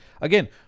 again